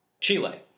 Chile